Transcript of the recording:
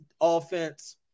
offense –